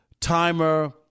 timer